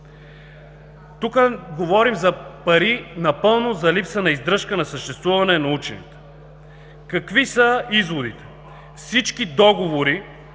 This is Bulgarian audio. Тук говорим напълно за липса на издръжка на съществуване на учените. Какви са изворите? Всички договори